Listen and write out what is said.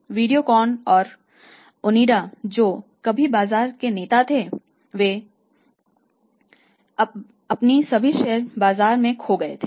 इसलिए वीडियोकॉन और ओनिडा जो कभी बाजार के नेता थे वे 1999 2000 में अपने सभी शेयर बाजार में खो गए थे